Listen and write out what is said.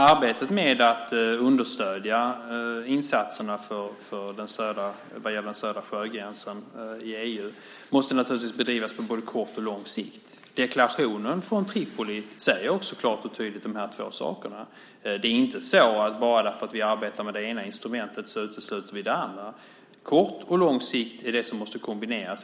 Arbetet med att understödja insatserna vad gäller den södra sjögränsen till EU måste naturligtvis bedrivas på både kort och lång sikt. Deklarationen från Tripoli säger också klart och tydligt de här två sakerna. Det är inte så att vi, bara därför att vi arbetar med det ena instrumentet, utesluter det andra. Kort och lång sikt måste kombineras.